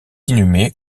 inhumé